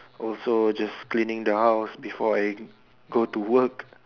also just cleaning the house before I go to work